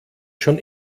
schon